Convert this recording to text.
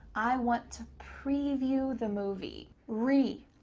i want to preview the movie. re,